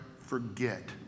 forget